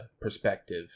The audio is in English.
perspective